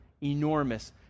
enormous